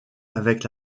avec